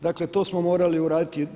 Dakle, to smo morali uraditi.